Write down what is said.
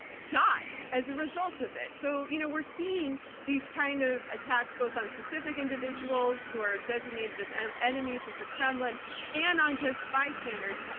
died as a result of it. so, you know, we're seeing these kind of attacks both on specific individuals who are designated as and enemies of the kremlin and on just spy standards.